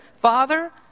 Father